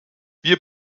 wir